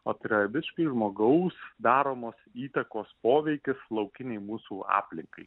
o tai yra visiškai žmogaus daromos įtakos poveikis laukinei mūsų aplinkai